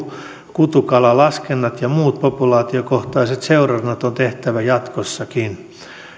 kutukalalaskennat ja muut populaatiokohtaiset seurannat on tehtävä jatkossakin